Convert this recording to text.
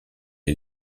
est